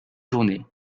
journée